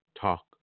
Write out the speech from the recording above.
talk